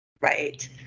right